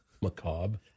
macabre